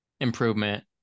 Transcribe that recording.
improvement